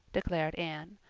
declared anne.